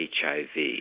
HIV